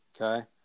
Okay